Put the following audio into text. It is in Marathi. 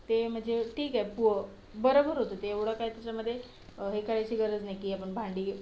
ते म्हणजे ठीक आहे पु बरोबर होतं ते एवढं काय त्याच्यामध्ये हे करायची गरज नाही की आपण भांडी